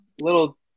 little